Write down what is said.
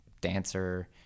dancer